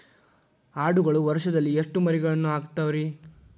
ಆಡುಗಳು ವರುಷದಲ್ಲಿ ಎಷ್ಟು ಮರಿಗಳನ್ನು ಹಾಕ್ತಾವ ರೇ?